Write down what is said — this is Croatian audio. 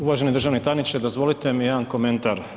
Uvaženi državni tajniče dozvolite mi jedan komentar.